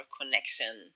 connection